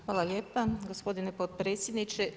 Hvala lijepa gospodine potpredsjedniče,